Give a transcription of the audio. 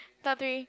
top three